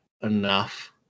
enough